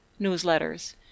newsletters